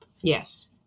Yes